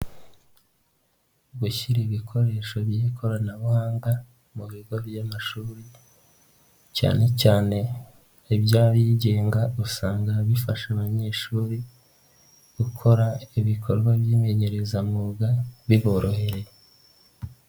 Gushyira ibikoresho by'ikoranabuhanga mu bigo by'amashuri cyane cyane aby'abigenga usanga bifasha abanyeshuri gukora ibikorwa by'imenyerezamwuga biboroheye.